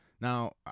now